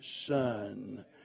son